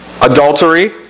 adultery